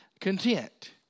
content